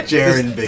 Jaren